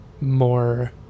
more